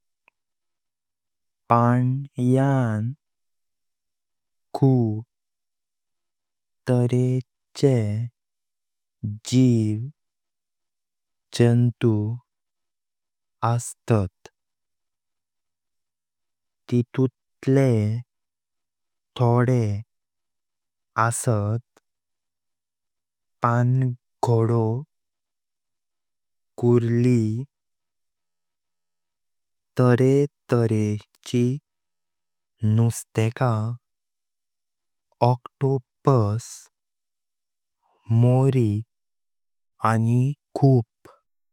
पाण्यां खूप तारेंचे जीव जन्तु अस्तात तेिंतुर्स थोडे अस्तात पांगोडो, कुरली, तारे तारेचि नुस्तेका, ऑक्टोपस, मोरी आनी खूप।